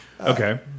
Okay